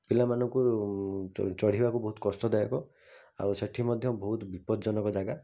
ପିଲାମାନଙ୍କୁ ଚଢ଼ିବାକୁ ବହୁତ କଷ୍ଟଦାୟକ ଆଉ ସେଇଠି ମଧ୍ୟ ବହୁତ ବିପଜ୍ଜନକ ଜାଗା